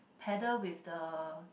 paddle with the